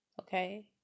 okay